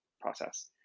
process